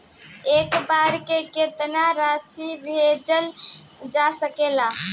एक बार में केतना राशि भेजल जा सकेला?